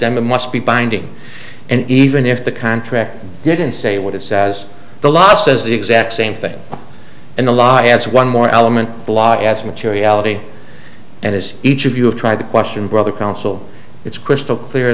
them it must be binding and even if the contract didn't say what it says the law says the exact same thing in the law has one more element block as materiality and as each of you have tried to question brother council it's crystal clear